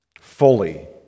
fully